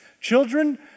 Children